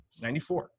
94